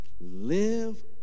Live